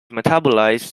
metabolized